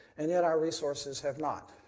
and yet, our resources have not.